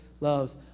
loves